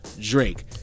Drake